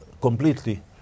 completely